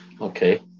Okay